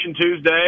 Tuesday